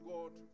God